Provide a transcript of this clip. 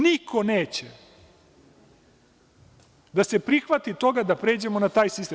Niko neće da se prihvati toga da pređemo na taj sistem.